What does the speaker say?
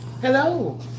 Hello